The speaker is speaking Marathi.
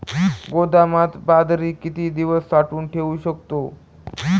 गोदामात बाजरी किती दिवस साठवून ठेवू शकतो?